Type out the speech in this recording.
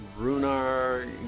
runar